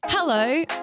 Hello